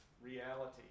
reality